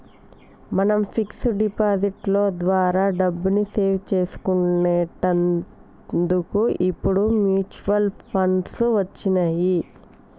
మనం fix deposit లో ద్వారా డబ్బుని సేవ్ చేసుకునేటందుకు ఇప్పుడు మ్యూచువల్ ఫండ్లు వచ్చినియ్యి